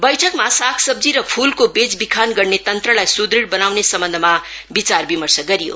बैठकमा सागसब्जी र फूलको बेचबिखान गर्ने तन्त्रलाई सुदुढ बनाउने सम्बन्धमा विचार विमर्श गरियो